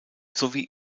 sowie